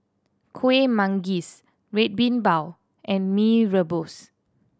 Kuih Manggis Red Bean Bao and Mee Rebus